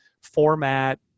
format